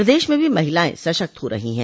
प्रदेश में भी महिलाएं सशक्त हो रही हैं